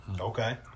Okay